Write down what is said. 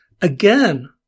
again